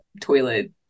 toilet